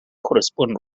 correspond